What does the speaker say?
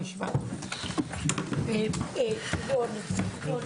הישיבה נעולה.